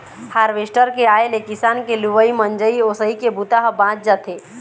harvester के आए ले किसान के लुवई, मिंजई, ओसई के बूता ह बाँच जाथे